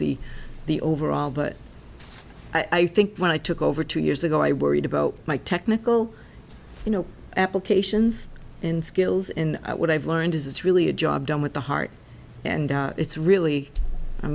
see the overall but i think when i took over two years ago i worried about my technical you know applications in skills in what i've learned is it's really a job done with the heart and it's really a